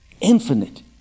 infinite